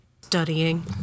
Studying